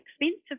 expensive